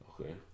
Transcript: Okay